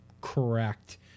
correct